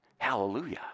hallelujah